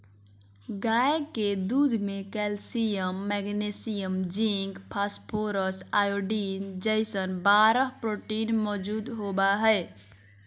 गाय के दूध में calcium, magnesium, zinc, phosphorus, iodine जैसन बारह प्रोटीन मौजूद होबा हइ